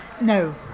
No